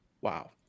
Wow